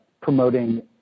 promoting